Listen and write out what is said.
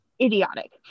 idiotic